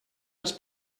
els